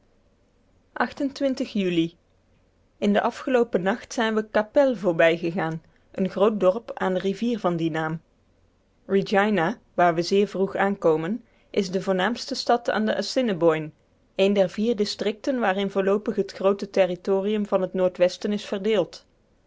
juli in den afgeloopen nacht zijn we qu'appelle voorbijgegaan een groot dorp aan de rivier van dien naam regina waar we zeer vroeg aankomen is de voornaamste stad aan de assiniboine een der vier districten waarin voorloopig het groote territorium van het noordwesten is verdeeld